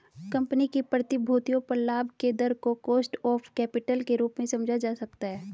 company की प्रतिभूतियों पर लाभ के दर को कॉस्ट ऑफ कैपिटल के रूप में समझा जा सकता है